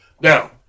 Now